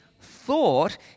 thought